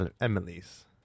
Emily's